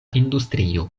industrio